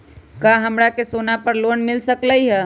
का हमरा के सोना पर लोन मिल सकलई ह?